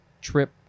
trip